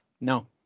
No